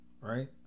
right